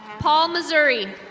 paul missorui.